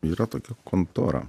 yra tokia kontora